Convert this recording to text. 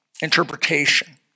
interpretation